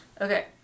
Okay